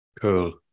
Cool